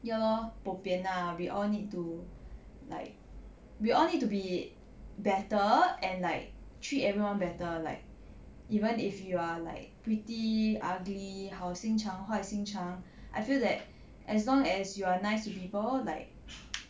ya lor bo bian lah we all need to like we all need to be better and like treat everyone better like even if you are like pretty ugly 好心肠坏心肠 I feel that as long as you are nice to people like